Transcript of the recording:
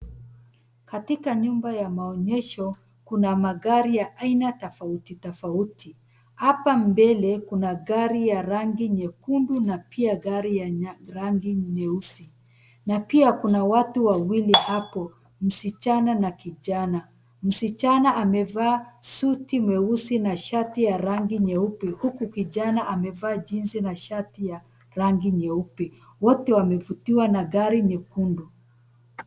Katika nyumba ya maonyesho kuna magari ya aina tafauti tafauti, hapa mbele kuna rangi ya rangi nyekundu na pia gari yenye rangi nyeusi na pia kuna watu wawili hapo msichana na kijana. Msichana amevaa suti nyeusi na shati ya rangi nyeupe huku kijana amevaa jinsi na shati ya rangi nyeupe. Wote wamevutiwa na gari nyekundu